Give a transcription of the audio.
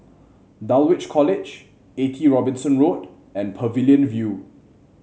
Dulwich College Eighty Robinson Road and Pavilion View